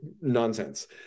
Nonsense